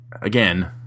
again